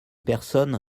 personnes